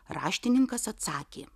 raštininkas atsakė